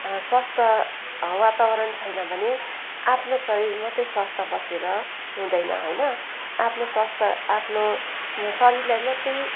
स्वस्थ वातावरण छैन भने आफ्नो शरीर मात्रै स्वस्थ बसेर हुँदैन हैन आफ्नो स्वास्थ्य आफ्नो शरीरलाई मात्रै